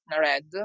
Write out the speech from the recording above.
Red